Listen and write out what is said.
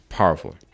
Powerful